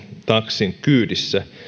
taksin kyydissä